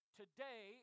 today